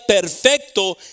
perfecto